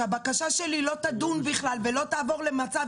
שהבקשה שלי לא תידון בכלל ולא תעבור למצב